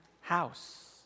house